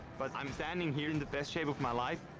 but i'm standing here in the best shape of my life.